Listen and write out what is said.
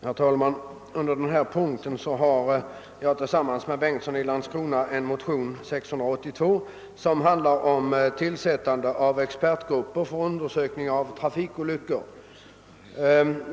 Herr talman! Under denna punkt behandlas motionen 1II:682, som väckts av herr Bengtsson i Landskrona och mig. I denna motion hemställs att expertgrupper skall tillsättas för undersökning av. trafikolyckor.